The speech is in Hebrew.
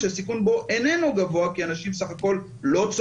שהסיכון בו איננו גבוה כי אנשים לא צועקים,